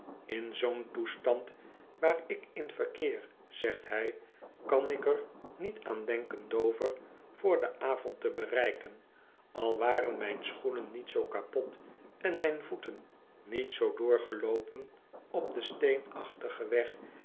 ïn zoo'n toestand waar ik in verkeer zegt hij kan ik er niet aan denken dover voorden avond te bereiken al waren myn schoenen niet zoo kapot en mijn voeten niet zoo doorgeloopen op den steenachtigen weg